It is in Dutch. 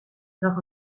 nog